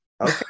okay